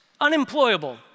Unemployable